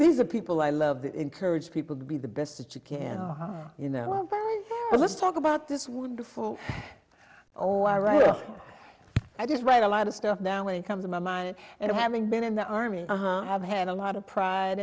these are people i love that encourage people to be the best that you can you know let's talk about this wonderful oh i write i just write a lot of stuff now when it comes to my mind and having been in the army i have had a lot of pride